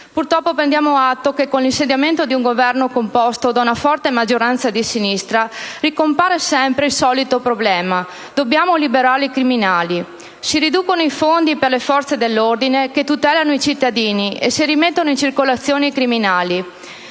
Purtroppo, prendiamo atto che, con l'insediamento di un Governo composto da una forte maggioranza di sinistra, ricompare sempre il solito problema: dobbiamo liberare i criminali. Si riducono i fondi per le forze dell'ordine che tutelano il cittadino e si rimettono in circolazione i criminali.